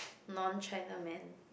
non China man